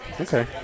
Okay